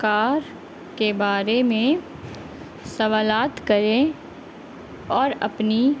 کار کے بارے میں سوالات کریں اور اپنی